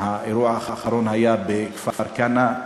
האירוע האחרון היה בכפר-כנא,